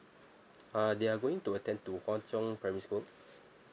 uh they are going to attend to hua chong primary school